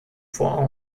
vor